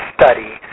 study